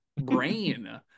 brain